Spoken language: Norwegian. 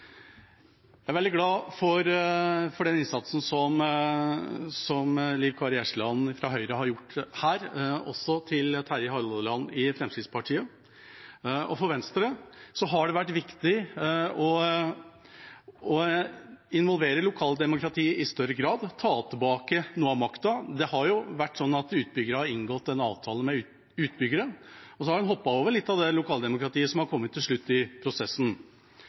Jeg er veldig glad for den innsatsen Liv Kari Eskeland fra Høyre har gjort her, og også Terje Halleland fra Fremskrittspartiet. For Venstre har det vært viktig å involvere lokaldemokratiet i større grad, å ta tilbake noe av makta. Det har jo vært sånn at det er blitt inngått en avtale med utbyggere, og så har en hoppet litt over det lokaldemokratiet som har kommet til slutt i prosessen.